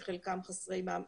שחלקם חסרי מעמד,